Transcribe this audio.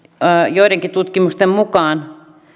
joidenkin tutkimusten mukaan